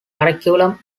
curriculum